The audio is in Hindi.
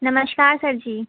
नमस्कार सर जी